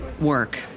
work